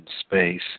space